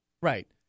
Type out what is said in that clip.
Right